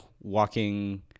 walking